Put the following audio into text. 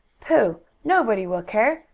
pooh! nobody will care!